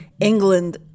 England